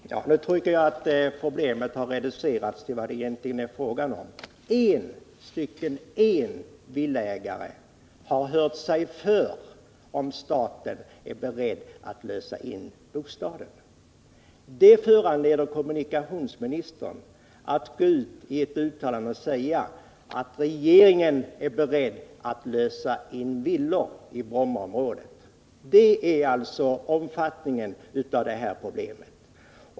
Herr talman! Nu tycker jag problemet har reducerats till vad det egentligen är. En villaägare har hört sig för om staten är beredd att lösa in bostaden. Detta föranleder kommunikationsministern att gå ut med ett uttalande och säga att regeringen är beredd att lösa in villor i Brommaområdet. Det är alltså omfattningen av det här problemet.